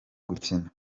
gukina